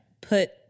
put